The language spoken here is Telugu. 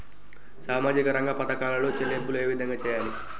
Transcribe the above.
సామాజిక రంగ పథకాలలో చెల్లింపులు ఏ విధంగా చేయాలి?